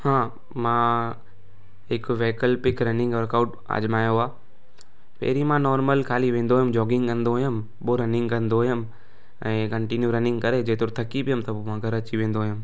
हा मां हिकु वैकल्पिक रनिंग वर्कआउट आज़मायो आहे पहरीं मां नॉर्मल ख़ाली वेंदो हुउमि ख़ाली जॉगिंग कंदो हुउमि पोइ रनिंग कंदो हुयुमि ऐं कंटिन्यू रनिंग करे जेतिरो थकी वियमि त पोइ मां घरु अची वेंदो हुउमि